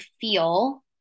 feel